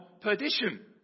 perdition